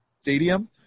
stadium